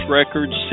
records